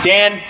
Dan